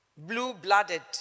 Blue-blooded